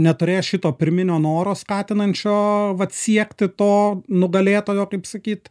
neturės šito pirminio noro skatinančio vat siekti to nugalėtojo kaip sakyt